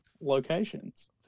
locations